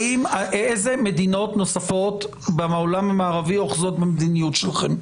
איזה מדינות נוספות בעולם המערבי אוחזות במדיניות שלכם?